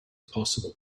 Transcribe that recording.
possible